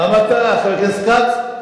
מה אמרת, חבר הכנסת כץ?